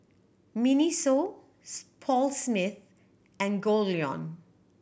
MINISO Paul Smith and Goldlion